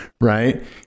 right